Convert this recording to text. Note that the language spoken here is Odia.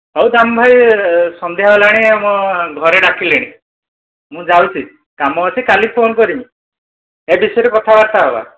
ହଉ ଦାମ ଭାଇ ସନ୍ଧ୍ୟା ହେଲାଣି ଆମ ଘରେ ଡାକିଲେଣି ମୁଁ ଯାଉଛି କାମ ଅଛି କାଲି ଫୋନ୍ କରିବି ଏ ବିଷୟରେ କଥାବାର୍ତ୍ତା ହେବା